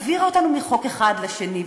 היא העבירה אותנו מחוק אחד לשני,